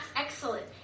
excellent